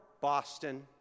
Boston